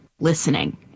listening